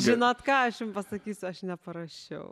žinot ką aš jum pasakysiu aš neparašiau